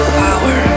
power